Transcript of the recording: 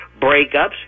breakups